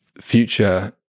future